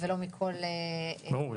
ברור.